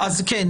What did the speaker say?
אז כן.